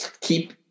keep